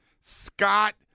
Scott